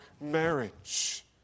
marriage